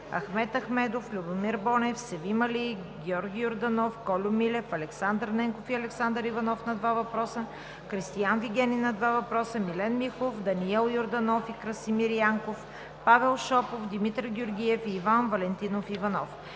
Ахмед Ахмедов, Любомир Бонев, Севим Али, Георги Йорданов, Кольо Милев, Александър Ненков и Александър Иванов – два въпроса; Кристиан Вигенин – два въпроса; Милен Михов, Даниел Йорданов и Красимир Янков, Павел Шопов, Димитър Георгиев и Иван Валентинов Иванов.